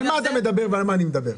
על מה אתה מדבר ועל מה אני מדבר?